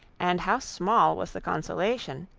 and how small was the consolation,